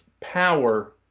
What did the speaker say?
power